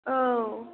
औ